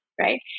right